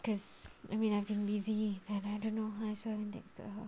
cause I mean I've been busy and I don't know when so I haven't texted her